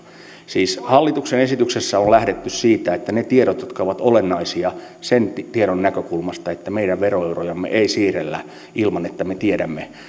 siis hallituksen esityksessä on lähdetty siitä että ne tiedot ovat tärkeät jotka ovat olennaisia sen tiedon näkökulmasta että meidän veroeurojamme ei siirrellä ilman että me tiedämme